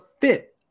fit